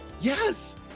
yes